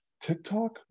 TikTok